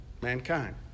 mankind